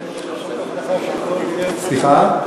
כפוף לכך שהכול יהיה, סליחה?